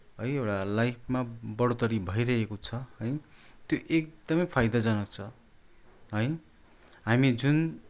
है एउटा लाइफमा बढोत्तरी भइरहेको छ है एकदमै फाइदाजनक छ है हामी जुन